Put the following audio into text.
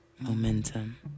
Momentum